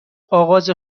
آغاز